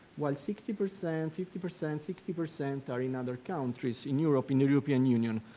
while sixty percent, and fifty percent, sixty percent are in other countries in europe, in european union.